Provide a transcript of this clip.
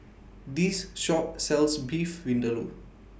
This Shop sells Beef Vindaloo